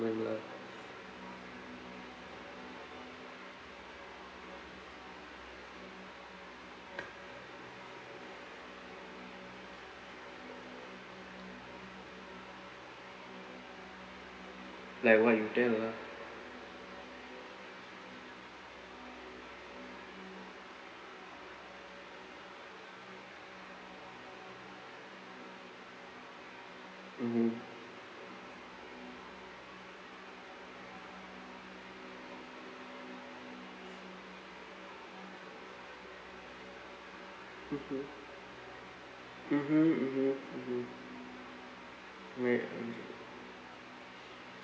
common lah like what you tell ah mmhmm mmhmm mmhmm mmhmm mmhmm right okay